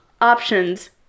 options